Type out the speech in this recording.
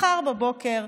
מחר בבוקר.